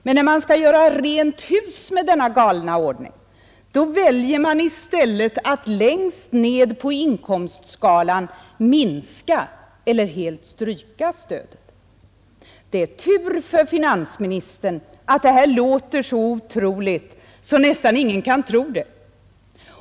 Men när man skall göra rent hus med denna galna ordning väljer man i stället att längst ned på inkomstskalan minska eller helst strypa stödet. Det är tur för finansministern att detta låter så otroligt att nästan ingen kan tro det.